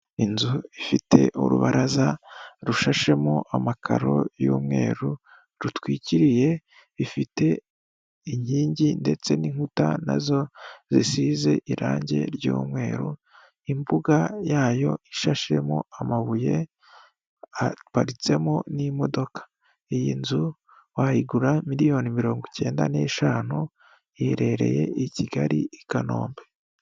Inzu ifite urubaraza rushashemo amakaro y'umweru rutwikiriye, ifite inkingi ndetse n'inkuta nazo zisize irange ry'umweru imbuga yayo ishashemo amabuye haparitsemo n'imodoka, iyi nzu wayigura miliyoni mirongo icyenda n'eshanu iherereye i Kigali i Kanombe.